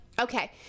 Okay